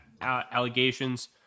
allegations